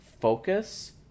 Focus